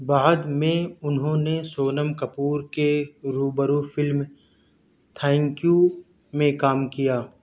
بعد میں انہوں نے سونم کپور کے روبرو فلم تھینک یو میں کام کیا